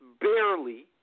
barely